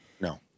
No